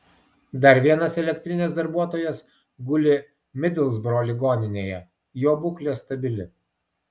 dar vienas elektrinės darbuotojas guli midlsbro ligoninėje jo būklė stabili